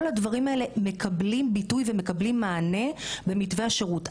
כל הדברים האלה מקבלים ביטוי ומענה במתווה השירות.